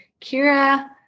Kira